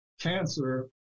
cancer